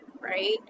right